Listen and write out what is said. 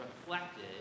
reflected